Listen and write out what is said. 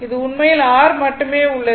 இது உண்மையில் R மட்டுமே உள்ளது